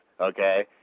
okay